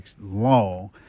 long